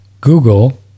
Google